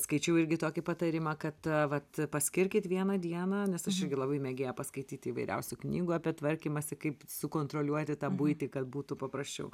skaičiau irgi tokį patarimą kad vat paskirkit vieną dieną nes aš irgi labai mėgėja paskaityti įvairiausių knygų apie tvarkymąsi kaip sukontroliuoti tą buitį kad būtų paprasčiau